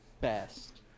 best